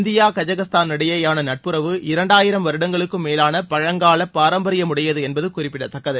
India Kazakhstan இடையேயான நட்புறவு இரண்டாயிரம் வருடங்களுக்கும் மேலான பழங்கால பாரம்பரியமுடையது என்பது குறிப்பிடத்தக்கது